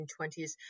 1920s